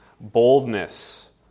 boldness